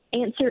answer